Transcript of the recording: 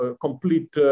complete